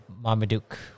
Marmaduke